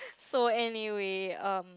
so anyway um